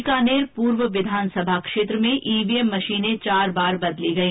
बीकानेर पूर्व विधानसभा क्षेत्र में ईवीएम मशीनें चार बार बदली गई